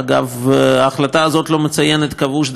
ההחלטה הזאת לא מציינת כבוש דווקא מידי מי,